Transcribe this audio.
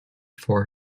for